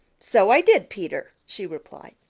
so i did, peter, she replied.